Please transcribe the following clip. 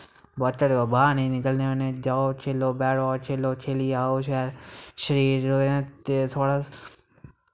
बस घरै बाह्र नी निकलने होन्ने जाओ खेलो बैट बाल खेलो खेलियै आओ शैल शरीर रोऐ थोआड़ा